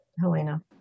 Helena